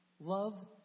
Love